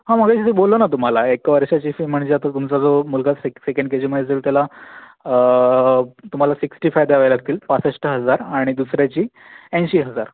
हा मघाशी ते बोललो ना तुम्हाला एका वर्षाची फी म्हणजे आता तुमचा जो मुलगा सेक सेकण्ड के जी मध्ये जाईल त्याला तुम्हाला सिक्स्टी फाय द्यावे लागतील पासष्ठ हजार आणि दुसऱ्याची ऐंशी हजार